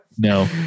No